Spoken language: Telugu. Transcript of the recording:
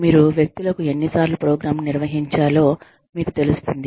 మీరు వ్యక్తులకు ఎన్నిసార్లు ప్రోగ్రామ్ ను నిర్వహించాలో మీకు తెలుస్తుంది